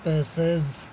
pieces